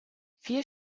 vier